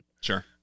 Sure